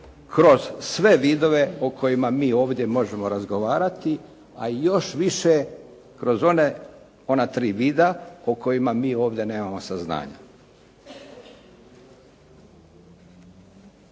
kroz sve vidove o kojima mi ovdje možemo razgovarati, a još više kroz ona tri vida o kojima mi ovdje nemamo saznanja.